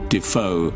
Defoe